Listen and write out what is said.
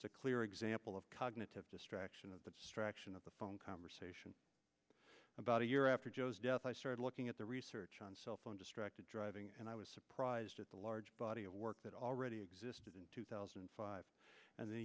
a clear example of cognitive distraction of the traction of the phone conversation about a year after joe's death i started looking at the research on cellphone distracted driving and i was surprised at the large body of work that already existed in two thousand and five and